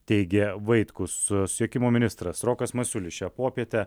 teigė vaitkus susisiekimo ministras rokas masiulis šią popietę